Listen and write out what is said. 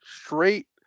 straight